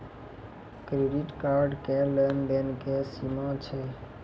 Credit card के लेन देन के की सीमा छै?